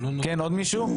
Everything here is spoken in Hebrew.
עוד מישהו?